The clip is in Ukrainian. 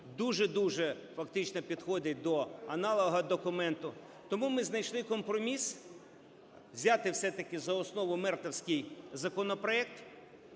дуже-дуже фактично підходить до аналога документу. Тому ми знайшли компроміс: взяти все-таки за основу МЕРТівський законопроект,